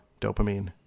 dopamine